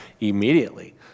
immediately